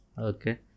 okay